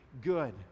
good